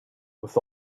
with